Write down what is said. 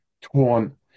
torn